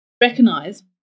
recognize